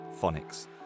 phonics